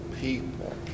people